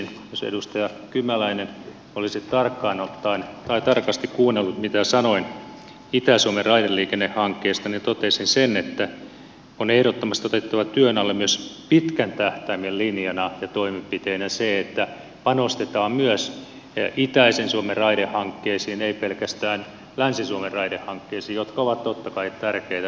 jos edustaja kymäläinen olisi tarkasti kuunnellut mitä sanoin itä suomen raideliikennehankkeista niin totesin sen että on ehdottomasti otettava työn alle myös pitkän tähtäimen linjana ja toimenpiteenä se että panostetaan myös itäisen suomen raidehankkeisiin ei pelkästään länsi suomen raidehankkeisiin jotka ovat totta kai tärkeitä